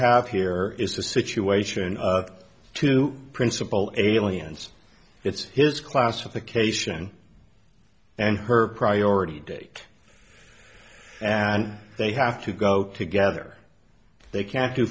have here is a situation of two principal aliens it's his classification and her priority date and they have to go together they can do